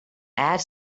add